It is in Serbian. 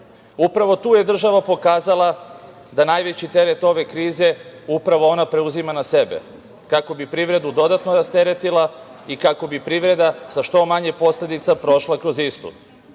tu je država pokazala da najveći teret ove krize upravo ona preuzima na sebe kako bi privredu dodatno rasteretila i kako bi privreda sa što manje posledica prošla kroz istu. Jasan